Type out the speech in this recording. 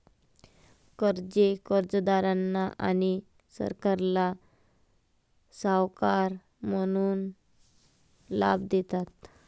कर्जे कर्जदारांना आणि सरकारला सावकार म्हणून लाभ देतात